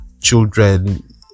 children